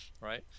right